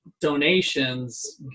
donations